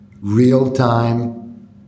real-time